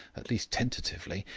at least tentatively,